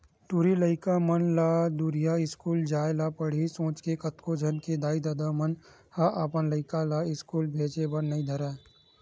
टूरी लइका मन ला दूरिहा इस्कूल जाय ल पड़ही सोच के कतको झन के दाई ददा मन ह अपन लइका ला इस्कूल भेजे बर नइ धरय